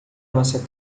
nossa